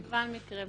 יש מגוון מקרים.